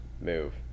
move